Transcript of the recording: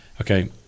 okay